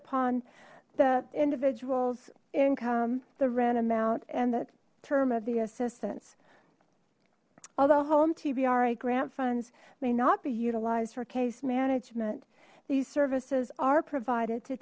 upon the individuals income the rent amount and the term of the assistance although home tb are a grant funds may not be utilized for case management these services are provided to